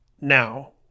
Now